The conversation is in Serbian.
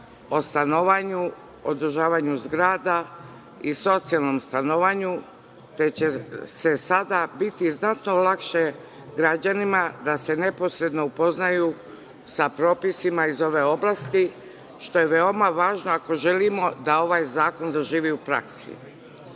o stanovanju, održavanju zgrada i socijalnom stanovanju, te će se sada biti znatno lakše građanima, da se neposredno upoznaju sa propisima iz ove oblasti, što je veoma važno, ako želimo da ovaj zakon zaživi u praksi. Najveća